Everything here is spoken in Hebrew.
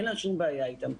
אין לנו שום בעיה איתם.